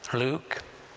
luke